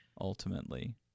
ultimately